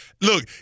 Look